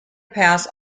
pass